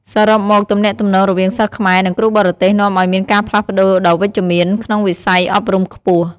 សរុបមក ទំនាក់ទំនងរវាងសិស្សខ្មែរ និងគ្រូបរទេសនាំឲ្យមានការផ្លាស់ប្តូរដ៏វិជ្ជមានក្នុងវិស័យអប់រំខ្ពស់។